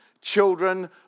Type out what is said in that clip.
children